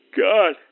God